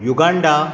Uganda